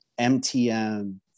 mtm